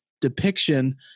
depiction